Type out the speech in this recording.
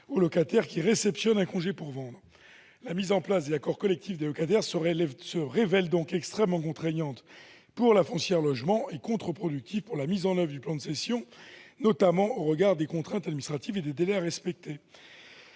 au locataire qui réceptionne un congé pour vendre. La mise en place des accords collectifs des locataires se révèle extrêmement contraignante pour l'AFL et contre-productive pour la mise en oeuvre du plan de cession, notamment au regard des contraintes administratives et des délais à respecter.